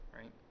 right